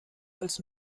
als